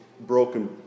broken